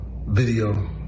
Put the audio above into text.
Video